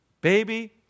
baby